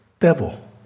devil